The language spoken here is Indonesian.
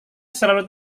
selalu